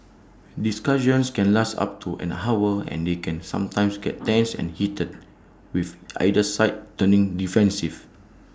discussions can last up to an hour and they can sometimes get tense and heated with either side turning defensive